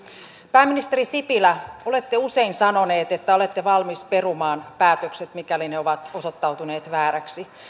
pääministeri sipilä olette usein sanonut että olette valmis perumaan päätökset mikäli ne ovat osoittautuneet vääriksi